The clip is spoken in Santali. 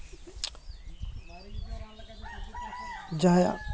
ᱡᱟᱦᱟᱸᱭᱟᱜ